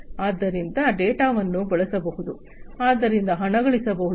ಆದ್ದರಿಂದ ಡೇಟಾವನ್ನು ಬಳಸಬಹುದು ಅದರಿಂದ ಹಣಗಳಿಸಬಹುದು